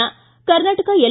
ಿ ಕರ್ನಾಟಕ ಎಲ್